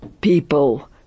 people